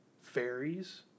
fairies